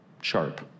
sharp